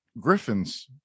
griffins